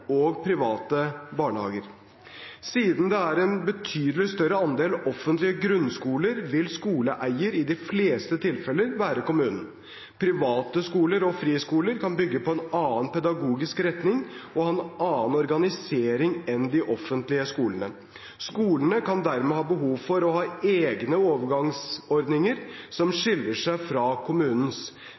og private barnehager. Siden det er en betydelig større andel offentlige grunnskoler, vil skoleeier i de fleste tilfeller være kommunen. Private skoler og friskoler kan bygge på en annen pedagogisk retning og ha en annen organisering enn de offentlige skolene. Skolene kan dermed ha behov for å ha egne overgangsordninger som skiller seg fra kommunens.